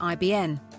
IBN